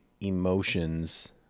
emotions